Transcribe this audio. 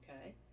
okay